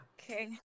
Okay